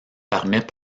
permet